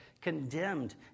condemned